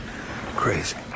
crazy